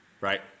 right